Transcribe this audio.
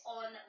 on